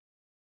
1